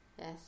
Yes